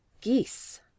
geese